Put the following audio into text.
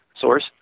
source